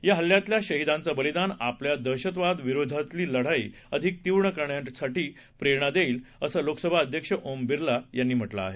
याहल्ल्यातल्याशहीदांचंबलिदानआपल्यालादहशतवादाविरोधातलीलढाईअधिकतीव्रकरण्यासाठीप्रेरणादेईल असंलोकसभाअध्यक्षओमबिर्लायांनीम्हटलंआहे